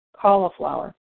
cauliflower